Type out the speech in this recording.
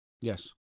Yes